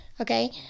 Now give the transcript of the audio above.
okay